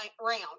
round